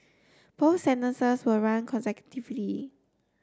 both sentences will run consecutively